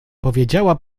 powiedziała